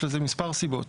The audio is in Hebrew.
יש לזה מספר סיבות.